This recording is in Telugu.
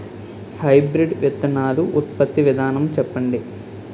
హైబ్రిడ్ విత్తనాలు ఉత్పత్తి విధానం చెప్పండి?